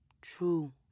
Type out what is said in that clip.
True